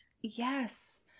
Yes